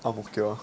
ang mo kio ah